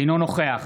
אינו נוכח